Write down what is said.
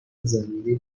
زمینی